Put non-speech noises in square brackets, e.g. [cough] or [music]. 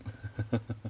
[laughs]